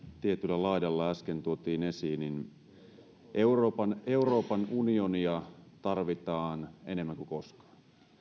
tietyllä laidalla äsken tuotiin esiin euroopan euroopan unionia tarvitaan enemmän kuin koskaan